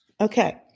okay